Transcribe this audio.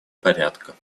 порядка